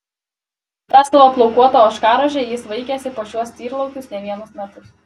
tą savo plaukuotą ožkarožę jis vaikėsi po šiuos tyrlaukius ne vienus metus